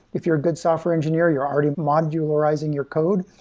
if you're a good software engineer, you're already modularizing your code.